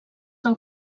del